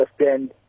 understand